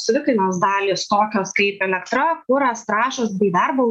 savikainos dalys tokios kaip elektra kuras trąšos bei darbo